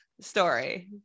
story